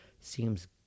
seems